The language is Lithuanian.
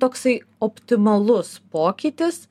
toksai optimalus pokytis